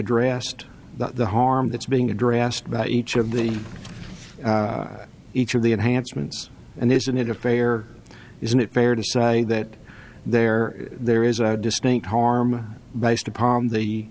addressed the harm that's being addressed about each of the each of the enhancements and isn't it a fair isn't it fair to say that there there is a distinct harm based upon the